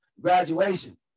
graduation